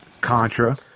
Contra